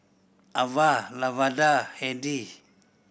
Avah Lavada Hedy